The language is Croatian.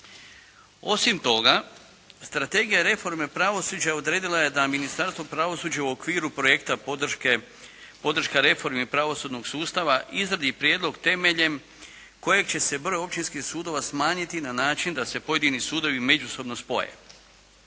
Osim toga, Strategija reforme pravosuđa odredila je da Ministarstvo pravosuđa u okviru projekta “Podrška reformi pravosudnog sustava“ izradi prijedlog temeljem kojeg će se broj općinskih sudova smanjiti na način da se pojedini sudovi međusobno spoje.